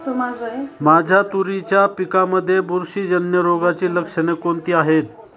माझ्या तुरीच्या पिकामध्ये बुरशीजन्य रोगाची लक्षणे कोणती आहेत?